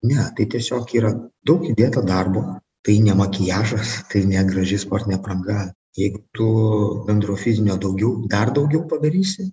ne tai tiesiog yra daug įdėta darbo tai ne makiažas tai ne graži sportinė apranga jeigu tu bendro fizinio daugiau dar daugiau padarysi